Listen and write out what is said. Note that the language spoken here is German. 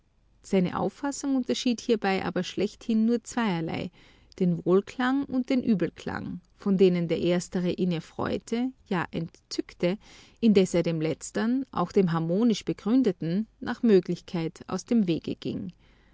seine auffassung unterschied hierbei aber schlechthin nur zweierlei den wohlklang und den übelklang von denen der erstere ihn erfreute ja entzückte indes er dem letztern auch dem harmonisch begründeten nach möglichkeit aus dem wege ging